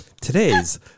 Today's